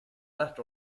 that